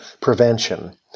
prevention